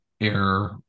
air